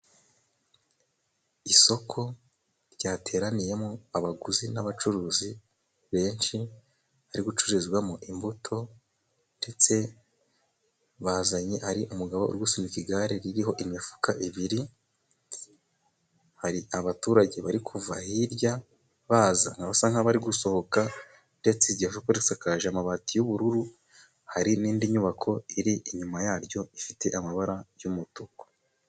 Isoko ryateraniyemo abaguzi n'abacuruzi benshi bari gucururizwamo imbuto ndetse bazanye ari umugabo uri gusunika igare ririho imifuka ibiri. Hari abaturage bari kuva hirya baza basa nkaho bari gusohoka ndetse iryo soko risakaje amabati y'ubururu hari n'indi nyubako iri inyuma yaryo ifite amabara y'umutuku.